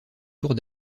autour